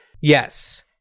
Yes